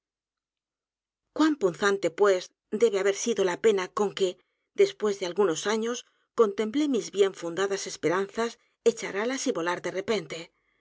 cuan punzante pues debe haber sido la pena con que después de algunos años contemplé mis bien fund a d a s esperanzas echar alas y volar de